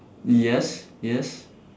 yes yes